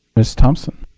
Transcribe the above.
ms. thompson.